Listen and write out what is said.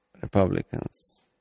Republicans